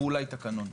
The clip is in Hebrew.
ואולי תקנון.